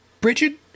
Bridget